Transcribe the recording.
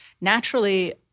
naturally